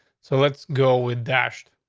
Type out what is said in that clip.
so let's go with dashed.